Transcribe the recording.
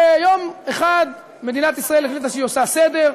ויום אחד מדינת ישראל החליטה שהיא עושה סדר,